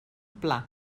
pla